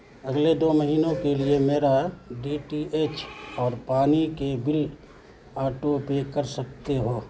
اگلے دو مہینوں کے لیے میرا ڈی ٹی ایچ اور پانی کے بریک آٹو پے کر سکتے ہو